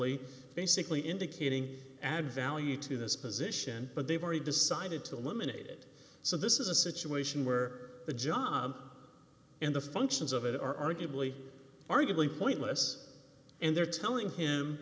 y basically indicating added value to this position but they've already decided to eliminate it so this is a situation where the job and the functions of it are arguably arguably pointless and they're telling him